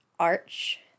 Arch